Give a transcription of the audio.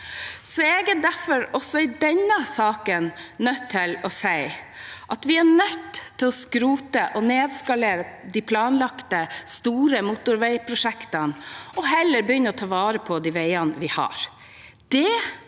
Jeg er derfor også i denne saken nødt til å si at vi er nødt til å skrote og nedskalere de planlagte store motorveiprosjektene og heller begynne å ta vare på de veiene vi har.